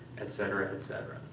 etc, etc.